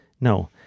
no